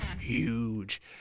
huge